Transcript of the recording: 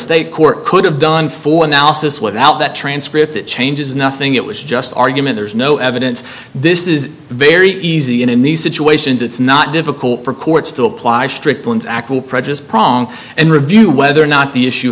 state court could have done for analysis without that transcript it changes nothing it was just argument there's no evidence this is very easy and in these situations it's not difficult for courts to apply strickland's akhil prejudice prong and review whether or not the issue